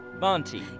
Monty